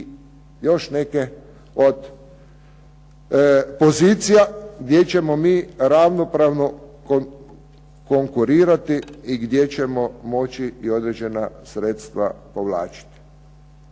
i još neke od pozicija gdje ćemo mi ravnopravno konkurirati i gdje ćemo moći određena sredstva povlačiti.